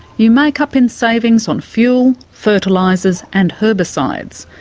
you make up in savings on fuel, fertilisers and herbicides.